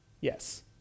Yes